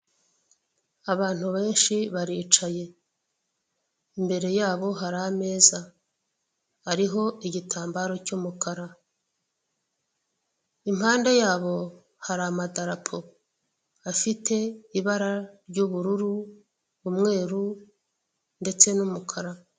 Abantu benshi baricaye imbere yabo hari ameza hariho igitambaro cy'umukara impande yabo hari amadarapo afite ibara ry'ubururu, umweru ndetse n'umukara.